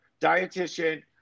dietitian